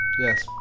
Yes